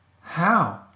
How